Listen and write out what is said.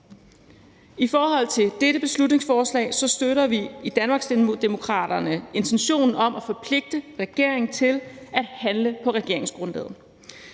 I forhold til dette beslutningsforslag støtter vi i Danmarksdemokraterne intentionen om at forpligte regeringen til at handle på regeringsgrundlaget.